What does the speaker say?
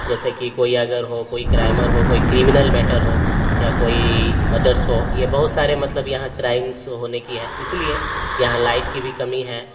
جیسے کہ کوئی اگر ہو کوئی کرائمر ہو کوئی کریمینل میٹر ہو یا کوئی مدرس ہو یا بہت سارے مطلب یہاں کرائمس ہونے کی ہے اس لیے یہاں لائٹ کی بھی کمی ہے